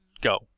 go